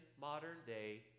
modern-day